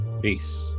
Peace